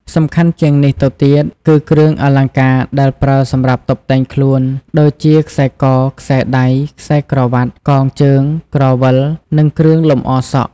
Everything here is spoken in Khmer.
សំខាន់ជាងនេះទៅទៀត គឺគ្រឿងអលង្ការដែលប្រើសម្រាប់តុបតែងខ្លួន ដូចជា ខ្សែក ខ្សែដៃ ខ្សែក្រវាត់ កងជើង ក្រវិល និងគ្រឿងលម្អសក់។